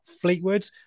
fleetwood